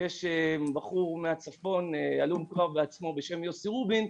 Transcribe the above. שיש בחור מהצפון, הלום קרב בעצמו בשם יוסי רובין,